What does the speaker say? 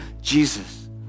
Jesus